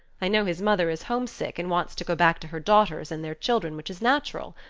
i know his mother is homesick, and wants to go back to her daughters and their children, which is natural.